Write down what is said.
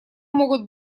могут